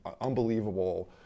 unbelievable